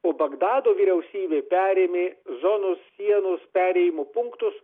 o bagdado vyriausybė perėmė zonos sienos perėjimo punktus